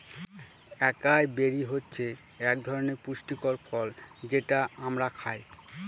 একাই বেরি হচ্ছে এক ধরনের পুষ্টিকর ফল যেটা আমরা খায়